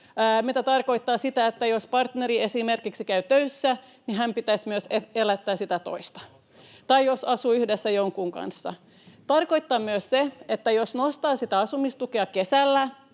esimerkiksi sitä, että jos partneri käy töissä, niin hänen pitäisi myös elättää sitä toista, tai jos asuu yhdessä jonkun kanssa. Se tarkoittaa myös sitä, että jos nostaa sitä asumistukea kesällä,